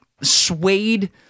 suede